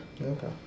Okay